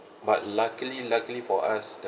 but luckily luckily for us the